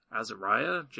Azariah